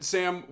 Sam